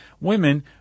women